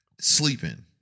sleeping